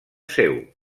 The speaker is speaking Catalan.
seu